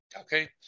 Okay